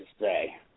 say